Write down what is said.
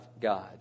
God